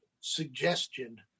suggestion